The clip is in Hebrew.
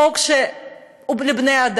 חוק שהוא לבני-אדם,